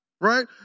Right